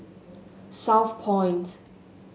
southpoint